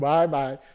Bye-bye